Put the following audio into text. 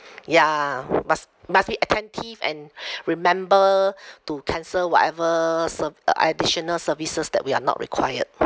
ya must must be attentive and remember to cancel whatever serv~ uh additional services that we are not required